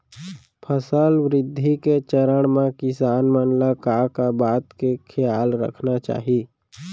फसल वृद्धि के चरण म किसान मन ला का का बात के खयाल रखना चाही?